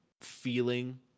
feeling